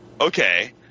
okay